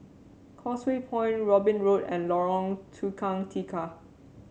Causeway Point Robin Road and Lorong Tukang Tiga